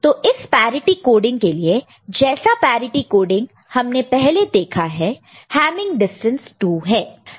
तो इस parity coding के लिए जैसा पैरिटि कोड़ीग हमने पहले देखा है हैमिंग डिस्टेंस 2 है